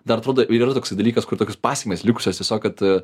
dar atrodo ir yra toksai dalykas kur toks pasekmės likusios tiesiog kad